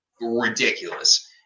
ridiculous